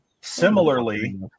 Similarly